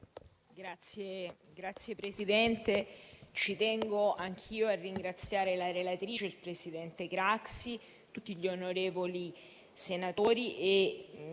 Signor Presidente, tengo anch'io a ringraziare la relatrice, il presidente Craxi, e tutti gli onorevoli senatori.